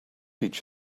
each